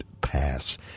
Pass